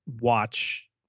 watch